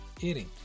eating